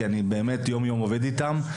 אני יום-יום עובד איתם.